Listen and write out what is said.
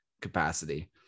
capacity